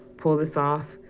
pull this off,